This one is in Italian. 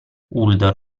uldor